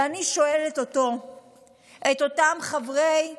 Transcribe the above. ואני שואלת את אותם חברי כנסת,